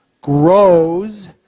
grows